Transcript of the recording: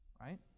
Right